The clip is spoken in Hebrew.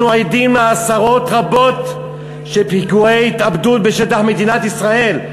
אנחנו עדים לעשרות רבות של פיגועי התאבדות בשטח מדינת ישראל.